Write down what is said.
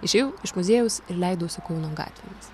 išėjau iš muziejaus ir leidausi kauno gatvėmis